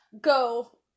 go